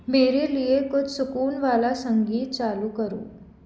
मेरे लिए कुछ सुकून वाला संगीत चालू करो